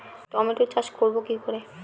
Tomato চাষ করব কি করে?